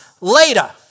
later